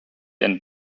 and